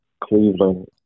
Cleveland